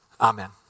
Amen